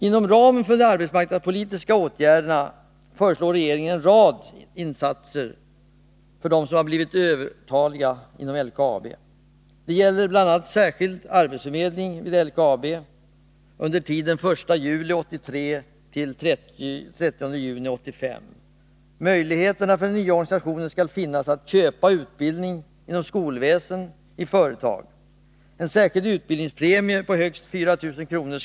Inom ramen för arbetsmarknadspolitiska åtgärder föreslår regeringen en rad insatser för dem som blir övertaliga i LKAB. Det gäller bl.a. en särskild arbetsförmedling vid LKAB under tiden den 1 juli 1983 till den 30 juni 1985. Möjligheter för den nya organisationen skall finnas att köpa utbildning inom skolväsendet och i företag. En särskild utbildningspremie på högst 4 000 kr.